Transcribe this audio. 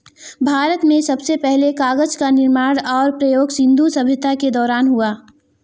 भारत में सबसे पहले कागज़ का निर्माण और प्रयोग सिन्धु सभ्यता के दौरान हुआ